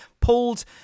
pulled